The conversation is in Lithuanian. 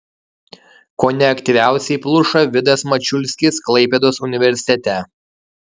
kone aktyviausiai pluša vidas mačiulskis klaipėdos universitete